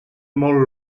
molt